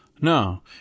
No